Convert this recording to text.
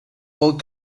little